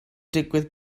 digwydd